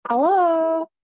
Hello